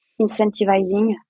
incentivizing